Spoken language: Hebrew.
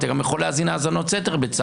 אתה גם יכול להאזין האזנות סתר בצו.